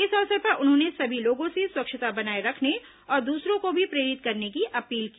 इस अवसर पर उन्होंने सभी लोगों से स्वच्छता बनाए रखने और दूसरों को भी प्रेरित करने की अपील की